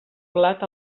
blat